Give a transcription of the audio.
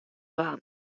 dwaan